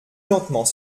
lentement